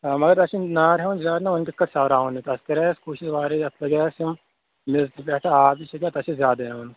مَگر تَتھ چھُنہٕ نار ہیٚوان زیادٕ نا وۅنۍ کِتھٕ پٲٹھۍ ژھیوٕراون یہِ اَتھ کرے اَسہِ کوٗشِش واریاہ اتھ کریٛاے اسہِ کٲم میٚژ پیٚٹھٕ آب تہِ چھچاو اَتھ چھُ زیادَے ہیٚوان